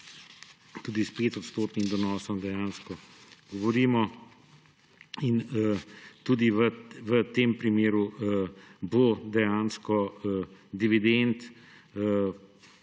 tudi s 5-odstotnim donosom dejansko govorimo – in tudi v tem primeru bo dejansko donos